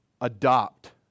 Adopt